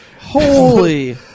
Holy